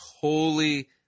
holy